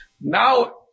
Now